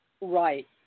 Right